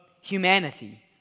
humanity